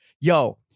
yo